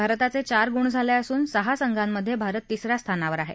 भारताचे चार गुण झाले असून सहा संघांमधे भारत तीसऱ्या स्थानावर आहे